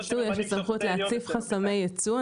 יש לי סמכות להציף חסמי ייצוא.